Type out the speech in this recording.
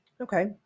okay